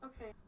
Okay